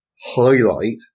highlight